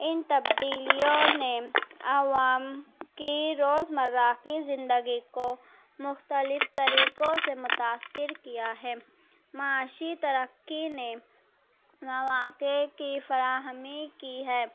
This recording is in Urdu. ان تبدیلیوں نے عوام کی روزمرہ کی زندگی کو مختلف طریقوں سے متاثر کیا ہے معاشی ترقی نے مواقع کی فراہمی کی ہے